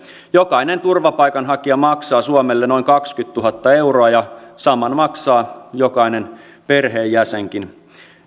jokainen turvapaikanhakija maksaa suomelle noin kaksikymmentätuhatta euroa ja saman maksaa jokainen perheenjäsenkin